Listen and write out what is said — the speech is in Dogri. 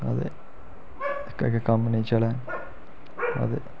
अदे इक अगर कम्म नेईं चलै अदे